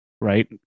right